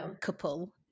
couple